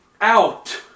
Out